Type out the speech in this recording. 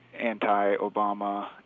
anti-Obama